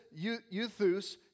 euthus